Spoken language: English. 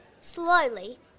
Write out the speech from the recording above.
Slowly